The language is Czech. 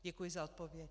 Děkuji za odpověď.